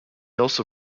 also